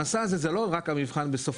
המסע הזה זה לא רק המבחן בסופו.